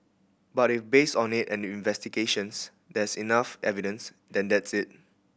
but if based on it and the investigations there's enough evidence then that's it